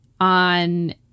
on